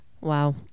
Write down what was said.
Wow